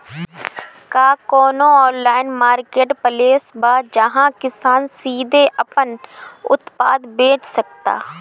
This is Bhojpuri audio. का कोनो ऑनलाइन मार्केटप्लेस बा जहां किसान सीधे अपन उत्पाद बेच सकता?